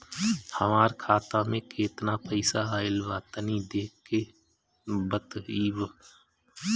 हमार खाता मे केतना पईसा आइल बा तनि देख के बतईब?